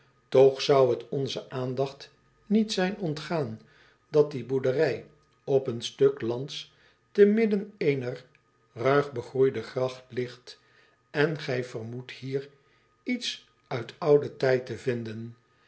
och zou t onze aandacht niet zijn ontgaan dat die boerderij op een stuk lands te midden eener ruig begroeide gracht ligt en gij vermoedt hier iets uit ouden tijd te vinden